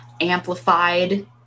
amplified